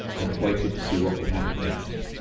and waited to see what would happen next.